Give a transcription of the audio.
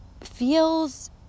feels